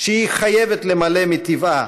שהיא חייבת למלא מטבעה,